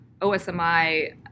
OSMI